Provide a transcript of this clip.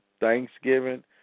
Thanksgiving